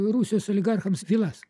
rusijos oligarchams vilas